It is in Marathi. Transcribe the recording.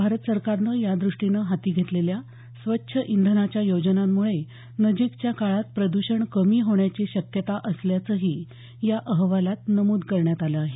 भारत सरकारनं याद्रष्टीनं हाती घेतलेल्या स्वच्छ इंधनाच्या योजनांमुळे नजिकच्या काळात प्रद्षण कमी होण्याची शक्यता असल्याचंही या अहवालात नमूद करण्यात आलं आहे